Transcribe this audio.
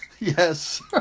yes